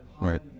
right